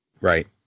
Right